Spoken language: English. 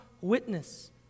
witness